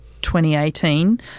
2018